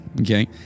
okay